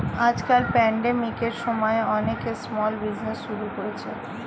আজকাল প্যান্ডেমিকের সময়ে অনেকে স্মল বিজনেজ শুরু করেছে